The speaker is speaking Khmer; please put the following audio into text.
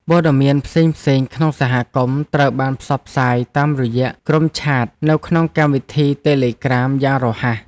ព័ត៌មានផ្សេងៗក្នុងសហគមន៍ត្រូវបានផ្សព្វផ្សាយតាមរយៈក្រុមឆាតនៅក្នុងកម្មវិធីតេឡេក្រាមយ៉ាងរហ័ស។